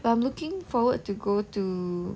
but I'm looking forward to go to